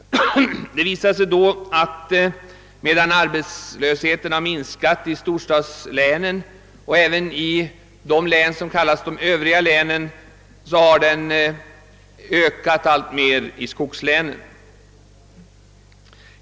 Det visar sig, att medan arbetslösheten minskat i storstadslänen och även i de län som kallas de övriga länen, så har den ökat alltmer i skogslänen.